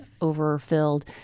overfilled